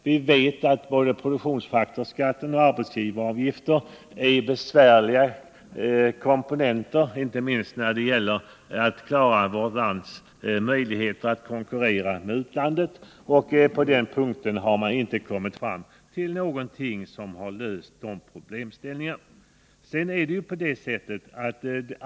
Vi vet att både produktionsfaktorsskatten och arbetsgivaravgifterna är besvärliga komponenter, inte minst när det gäller att klara vårt lands möjligheter att konkurrera med utlandet. Det problemet har man inte kunnat finna någon lösning på.